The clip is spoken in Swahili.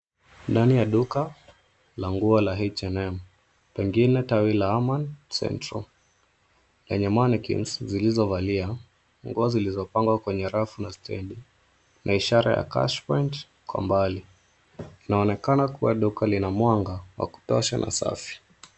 Ndani ya duka la nguo la H&M pengine tawi la Aman Central; lenye mannequins zilizovalia nguo zilizopangwa kwenye rafu na stendi na ishara ya cash point kwa mbali. Inaonekana kuwa duka lina mwanga wa kutosha na safi.